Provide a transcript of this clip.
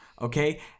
okay